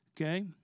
okay